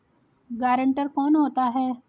Guarantor कौन होता है?